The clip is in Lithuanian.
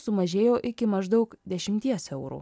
sumažėjo iki maždaug dešimties eurų